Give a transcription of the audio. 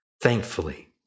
thankfully